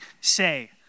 say